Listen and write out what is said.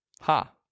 ha